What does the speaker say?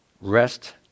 rest